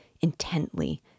intently